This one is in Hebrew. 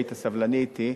שהיית סבלני אתי,